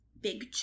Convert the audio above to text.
big